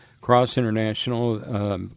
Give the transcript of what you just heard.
cross-international